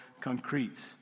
concrete